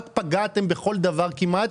רק פגעתם בכל דבר כמעט.